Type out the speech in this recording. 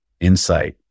insight